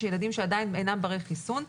ילדים שעדיין ברי חיסון,